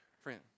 Friend